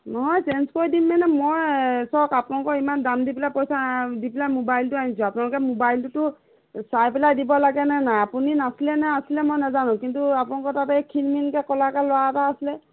নহয় চেঞ্চ কৰি দিম মানে মই চাওক আপোনালোক ইমান দাম দি পেলাই পইচা দি পেলাই মোবাইলটো আনিছোঁ আপোনালোকে মোবাইলটোতো চাই পেলাই দিব লাগেনে নাই আপুনি নাছিলে নে আছিলে মই নেজানোঁ কিন্তু আপোনালোক তাতে এই খীন মীনকৈ এই ক'লাকৈ ল'ৰা এটা আছিলে